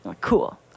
cool